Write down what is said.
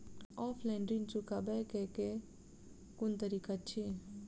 Offline ऋण चुकाबै केँ केँ कुन तरीका अछि?